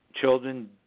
children